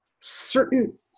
certain